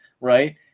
right